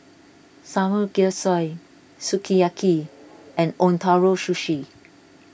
Samgyeopsal Sukiyaki and Ootoro Sushi